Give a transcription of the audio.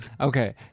okay